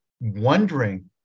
wondering